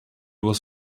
was